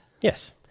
Yes